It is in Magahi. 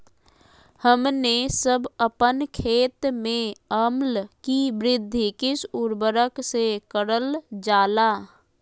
हमने सब अपन खेत में अम्ल कि वृद्धि किस उर्वरक से करलजाला?